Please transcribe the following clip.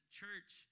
church